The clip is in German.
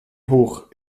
hoch